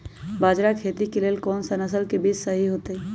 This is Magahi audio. बाजरा खेती के लेल कोन सा नसल के बीज सही होतइ?